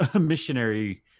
missionary